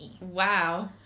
Wow